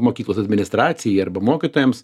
mokyklos administracijai arba mokytojams